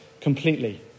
completely